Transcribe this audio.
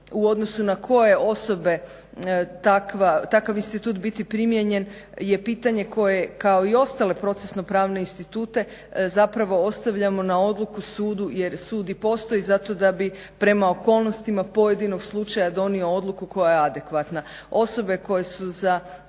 u odnosu na koje osobe takav institut biti primijenjen je pitanje koje kao i ostale procesno pravne institute zapravo ostavljamo na odluku sudu jer sud i postoji zato da bi prema okolnostima pojedinog slučaja donio odluku koja je adekvatna. Osobe koje su za